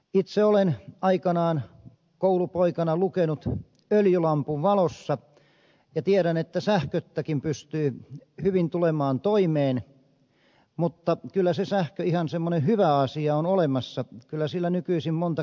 itse olen aikanaan koulupoikana lukenut öljylampun valossa ja tiedän että sähköttäkin pystyy hyvin tulemaan toimeen mutta kyllä se sähkö ihan semmoinen hyvä asia on olla olemassa kyllä sillä nykyisin monta käyttöä on